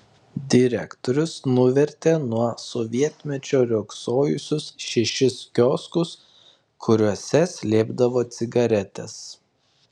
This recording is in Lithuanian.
direktorius nuvertė nuo sovietmečio riogsojusius šešis kioskus kuriuose slėpdavo cigaretes